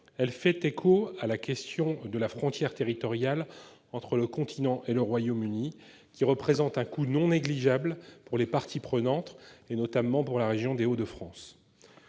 elle fait écho à la question de la frontière territoriale entre le continent et le Royaume-Uni, qui représente un coût non négligeable pour les parties prenantes, notamment pour la région des Hauts-de-France.